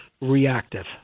reactive